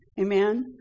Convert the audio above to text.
Amen